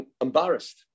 embarrassed